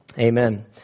Amen